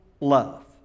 love